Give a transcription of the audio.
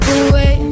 away